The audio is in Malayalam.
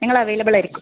ഞങ്ങൾ അവൈലബിൾ ആയിരിക്കും